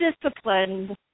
disciplined